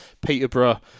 Peterborough